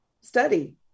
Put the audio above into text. study